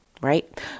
right